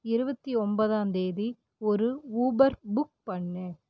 இருபத்தி ஒன்பதாம் தேதி ஒரு ஊபர் புக் பண்ணு